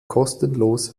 kostenlos